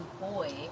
boy